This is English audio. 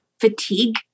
fatigue